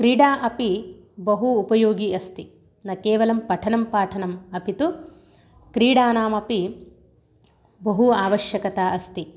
क्रीडा अपि बहु उपयोगी अस्ति न केवलं पठनं पाठनम् अपि तु क्रीडानाम् अपि बहु आवश्यकता अस्ति